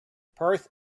perth